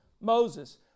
Moses